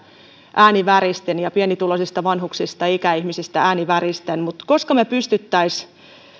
ja pienituloisista vanhuksista ikäihmisistä ääni väristen mutta milloin me pystyisimme